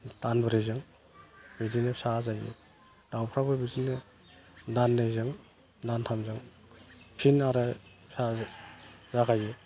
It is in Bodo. दानब्रैजों बिदिनो फिसा आजायो दाउफ्राबो बिदिनो दाननैजों दानथामजों फिन आरो फिसा जागायो